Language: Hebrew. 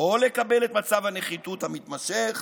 או לקבל את מצב הנחיתות המתמשך